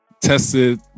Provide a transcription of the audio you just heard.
Tested